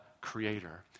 creator